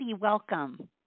welcome